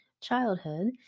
childhood